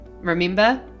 Remember